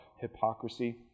hypocrisy